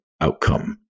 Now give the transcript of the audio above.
outcome